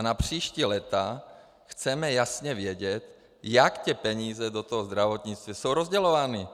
A na příští léta chceme jasně vědět, jak ty peníze do zdravotnictví jsou rozdělovány.